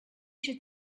should